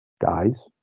guys